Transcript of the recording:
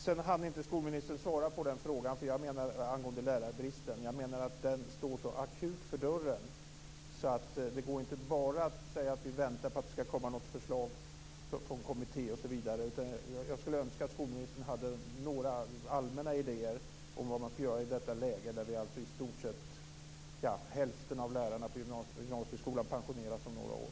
Sedan hann inte skolministern svara på frågan om lärarbristen. Jag menar att den står så akut för dörren att det inte går att bara säga att vi väntar på att det skall komma förslag från någon kommitté osv. Jag skulle önska att skolministern hade några allmänna idéer om vad man skall göra i detta läge då hälften av lärarna i gymnasieskolan pensioneras om några år.